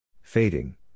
Fading